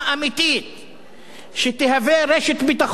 שתשמש רשת ביטחון לאלה הנזקקים,